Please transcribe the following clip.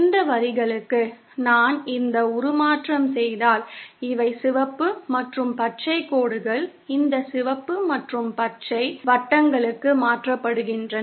இந்த வரிகளுக்கு நான் இந்த உருமாற்றம் செய்தால் இவை சிவப்பு மற்றும் பச்சை கோடுகள் இந்த சிவப்பு மற்றும் இந்த பச்சை வட்டங்களுக்கு மாற்றப்படுகின்றன